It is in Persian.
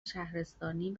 شهرستانی